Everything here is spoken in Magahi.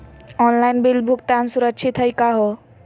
ऑनलाइन बिल भुगतान सुरक्षित हई का हो?